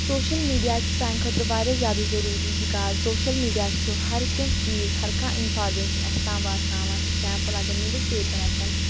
social media چھُ سانہِ خٲطرٕ واریاہ زیادٕ ضٔروٗری بِکاز سوشَل میٖڈیا چھُ ہر کینٛہہ چیٖز ہر کانٛہہ اِنفارمیشَن آسہِ تام واتناوان ایٚگزامپٕل اگر نِوٕز پیپَر آسن